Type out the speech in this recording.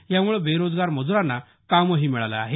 यामुळे बेरोजगार मजुरांना काम मिळालं आहे